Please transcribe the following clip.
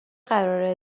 قراره